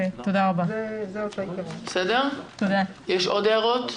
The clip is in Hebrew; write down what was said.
יש עוד הערות?